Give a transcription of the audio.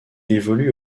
évolue